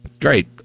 Great